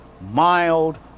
mild